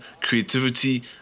creativity